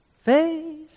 face